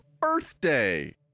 birthday